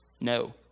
No